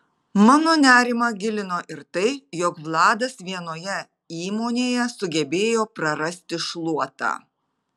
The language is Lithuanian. mano nerimą gilino ir tai jog vladas vienoje įmonėje sugebėjo prarasti šluotą